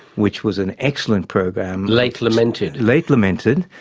which was an excellent program. late lamented. late lamented,